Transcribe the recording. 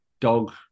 dog